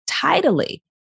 tidily